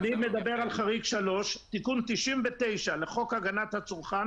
אני מדבר על חריג 3. תיקון 99 לחוק הגנת הצרכן